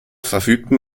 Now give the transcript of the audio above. verfügten